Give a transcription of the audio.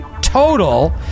total